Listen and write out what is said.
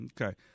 Okay